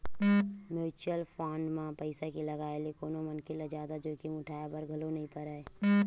mutual fund म पइसा के लगाए ले कोनो मनखे ल जादा जोखिम उठाय बर घलो नइ परय